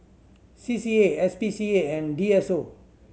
C C A S P C A and D S O